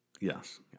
Yes